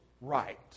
right